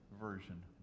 version